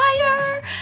fire